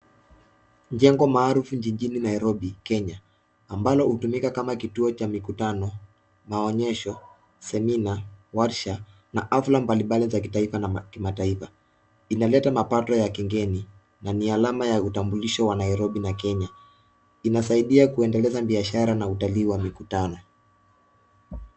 Jengo maarufu jijini Nairobi nchini Kenya ambalo hutumika kama kituo cha mikutano, maonyesho seminar , warsha na hafla mbalimbali za taifa na kimataifa. Inaleta mapato ya kigeni na ni alama ya utambulisho wa Nairobi na Kenya. Inasaidia kuendeleza biashara na utalii wa mikutano.